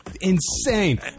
insane